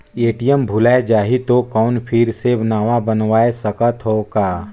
ATM भुलाये जाही तो कौन फिर से नवा बनवाय सकत हो का?